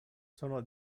sono